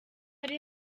ari